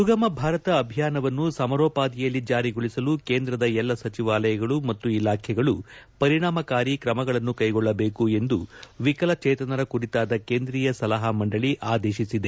ಸುಗಮ ಭಾರತ ಅಭಿಯಾನವನ್ನು ಸಮರೋಪಾದಿಯಲ್ಲಿ ಜಾರಿಗೊಳಿಸಲು ಕೇಂದ್ರದ ಎಲ್ಲ ಸಚಿವಾಲಯಗಳು ಮತ್ತು ಇಲಾಖೆಗಳು ಪರಿಣಾಮಕಾರಿ ಕ್ರಮಗಳನ್ನು ಕೈಗೊಳ್ಳಬೇಕು ಎಂದು ವಿಕಲಚೇತನರ ಕುರಿತಾದ ಕೇಂದ್ರೀಯ ಸಲಹಾ ಮಂಡಳಿ ಆದೇಶಿಸಿದೆ